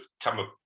come